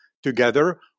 Together